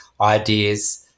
ideas